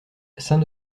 saint